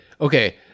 okay